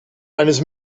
eines